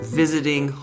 visiting